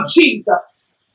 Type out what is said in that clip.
Jesus